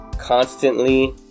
Constantly